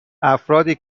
افرادی